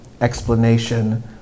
explanation